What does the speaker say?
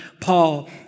Paul